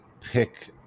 pick